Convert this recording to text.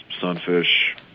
sunfish